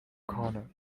corner